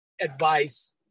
advice